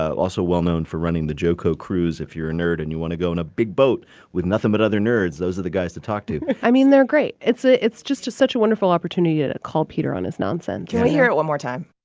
also well-known for running the joco cruise. if you're a nerd and you want to go on a big boat with nothing but other nerds, those are the guys to talk to i mean, they're great. it's ah it's just just such a wonderful opportunity to and call peter on his nonsense can we hear it one more time?